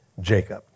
Jacob